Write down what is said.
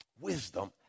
wisdom